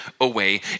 away